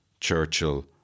Churchill